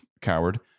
coward